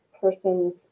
person's